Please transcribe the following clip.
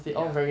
ya